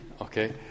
Okay